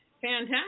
Fantastic